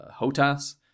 hotas